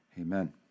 Amen